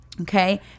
Okay